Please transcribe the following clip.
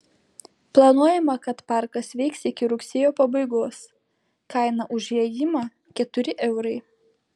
planuojama kad parkas veiks iki rugsėjo pabaigos kaina už įėjimą keturi eurai